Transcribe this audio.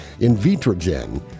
Invitrogen